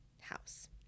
house